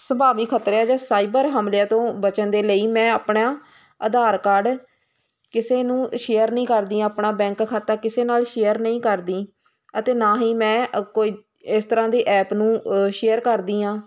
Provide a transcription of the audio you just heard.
ਸੁਭਾਵੀ ਖਤਰਿਆਂ ਜਾਂ ਸਾਈਬਰ ਹਮਲਿਆਂ ਤੋਂ ਬਚਣ ਦੇ ਲਈ ਮੈਂ ਆਪਣਾ ਆਧਾਰ ਕਾਰਡ ਕਿਸੇ ਨੂੰ ਸ਼ੇਅਰ ਨਹੀਂ ਕਰਦੀ ਹਾਂ ਆਪਣਾ ਬੈਂਕ ਖਾਤਾ ਕਿਸੇ ਨਾਲ ਸ਼ੇਅਰ ਨਹੀਂ ਕਰਦੀ ਅਤੇ ਨਾ ਹੀ ਮੈਂ ਕੋਈ ਇਸ ਤਰ੍ਹਾਂ ਦੀ ਐਪ ਨੂੰ ਸ਼ੇਅਰ ਕਰਦੀ ਹਾਂ